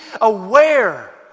aware